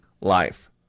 life